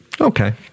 Okay